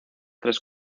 tres